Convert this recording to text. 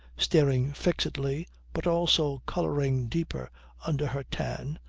staring fixedly but also colouring deeper under her tan,